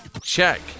Check